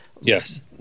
Yes